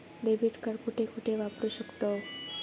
Debit card कुठे कुठे वापरू शकतव?